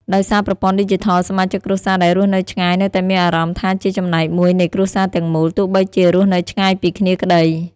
ដោយសារប្រព័ន្ធឌីជីថល សមាជិកគ្រួសារដែលរស់នៅឆ្ងាយនៅតែមានអារម្មណ៍ថាជាចំណែកមួយនៃគ្រួសារទាំងមូល ទោះបីជារស់នៅឆ្ងាយពីគ្នាក្ដី។